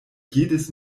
jedes